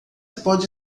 pode